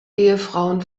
ehefrauen